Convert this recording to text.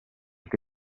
che